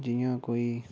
जियां कोई